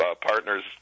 partners